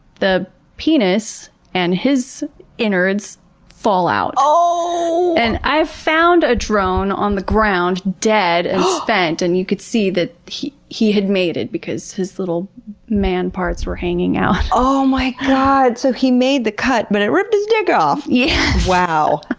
the penis and his innards fall out. ohhhhhhhhhhhh. and i've found a drone on the ground, dead and spent, and you could see that he he had made it because his little man parts were hanging out. oh my god. so, he made the cut but it ripped his dick off! yes. yeah wow.